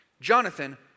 Jonathan